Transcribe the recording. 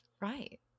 Right